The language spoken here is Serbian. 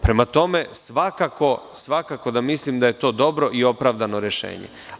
Prema tome, svakako da mislim da je to dobro i opravdano rešenje.